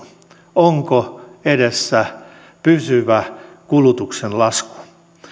onko edessä pysyvä kulutuksen lasku